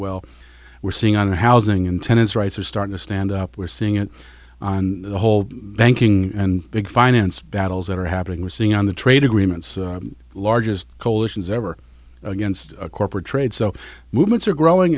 well we're seeing on housing and tenants rights are starting to stand up we're seeing it and the whole banking and big finance battles that are happening we're seeing on the trade agreements largest coalitions ever against corporate trade so movements are growing